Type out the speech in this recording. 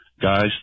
guys